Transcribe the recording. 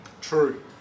True